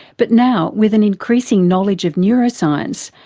but now with an increasing knowledge of neuroscience,